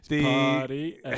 Party